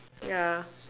ya